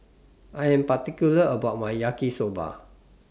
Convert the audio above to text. I Am particular about My Yaki Soba